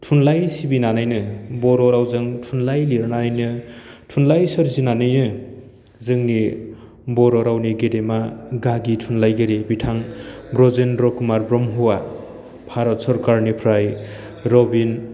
थुनलाइ सिबिनानैनो बर' रावजों थुनलाइ लिरनानैनो थुनलाइ सोरजिनानैनो जोंनि बर' रावनि गेदेमा गागि थुनलाइगिरि बिथां ब्रजेन्द्र' खुमार ब्रह्मआ भारत सरकारनिफ्राय रबिन